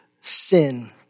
sin